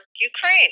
Ukraine